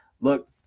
look